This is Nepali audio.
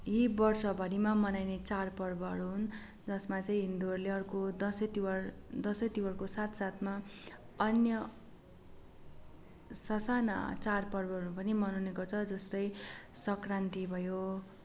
यी वर्षभरिमा मनाइने चाडपर्वहरू हुन् जसमा चाहिँ हुिन्दूहरूले अर्को दसैँ तिवार दसैँ तिवारको साथसाथमा अन्य ससाना चाडपर्वहरू पनि मनाउने गर्छ जस्तै सङ्क्रान्ति भयो